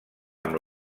amb